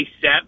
set